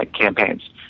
campaigns